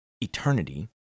eternity